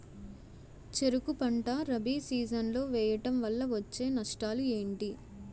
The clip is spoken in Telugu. చెరుకు పంట రబీ సీజన్ లో వేయటం వల్ల వచ్చే నష్టాలు ఏంటి?